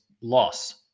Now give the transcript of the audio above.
loss